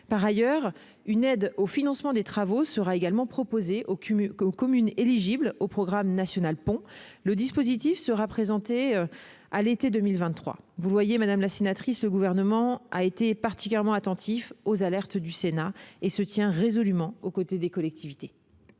Par ailleurs, une aide au financement des travaux sera également proposée aux communes éligibles au programme national Ponts. Le dispositif sera présenté à l'été 2023. Vous le voyez, madame la sénatrice, le Gouvernement a été particulièrement attentif aux alertes du Sénat et se tient résolument aux côtés des collectivités.